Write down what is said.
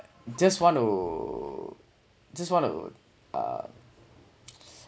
just want to just want to uh